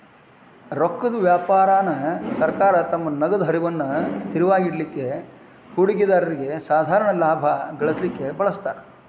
ರೊಕ್ಕದ್ ವ್ಯಾಪಾರಾನ ಸರ್ಕಾರ ತಮ್ಮ ನಗದ ಹರಿವನ್ನ ಸ್ಥಿರವಾಗಿಡಲಿಕ್ಕೆ, ಹೂಡಿಕೆದಾರ್ರಿಗೆ ಸಾಧಾರಣ ಲಾಭಾ ಗಳಿಸಲಿಕ್ಕೆ ಬಳಸ್ತಾರ್